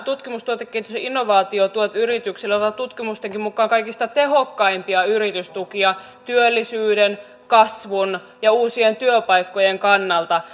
tutkimus tuotekehitys ja innovaatiotuet yrityksille ovat tutkimustenkin mukaan kaikista tehokkaimpia yritystukia työllisyyden kasvun ja uusien työpaikkojen kannalta